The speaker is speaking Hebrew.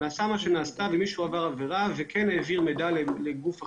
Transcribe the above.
נעשה מה שנעשה ומישהו עבר עבירה והעביר מידע לגוף אחר,